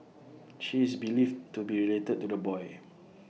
she is believed to be related to the boy